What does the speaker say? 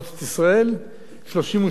32 עסקו בשאר העולם,